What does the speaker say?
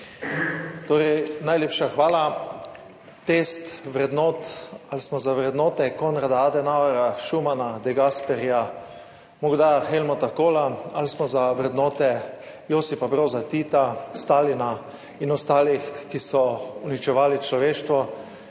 Najlepša hvala. Test vrednot, ali smo za vrednote Konrada Adenauerja, Schumanna, de Gasperija, morda Helmuta Kohla ali smo za vrednote Josipa Broza Tita, Stalina in ostalih, ki so uničevali človeštvo,